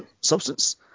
substance